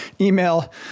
email